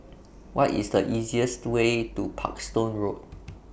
What IS The easiest Way to Parkstone Road